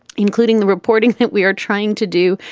including the reporting we are trying to do,